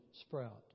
sprout